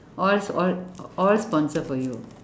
all s~ all all sponsored for you